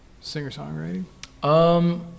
singer-songwriting